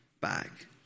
back